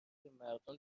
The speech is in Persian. بمردم